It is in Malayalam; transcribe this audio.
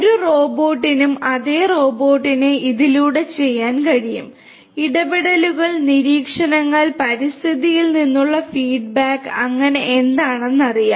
ഒരു റോബോട്ടിനും അതേ റോബോട്ടിനെ ഇതിലൂടെ ചെയ്യാൻ കഴിയും ഇടപെടലുകൾ നിരീക്ഷണങ്ങൾ പരിസ്ഥിതിയിൽ നിന്നുള്ള ഫീഡ്ബാക്ക് അങ്ങനെ എന്താണെന്ന് അറിയാം